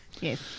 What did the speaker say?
yes